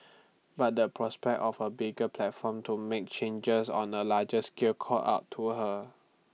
but the prospect of A bigger platform to make changes on A larger scale called out to her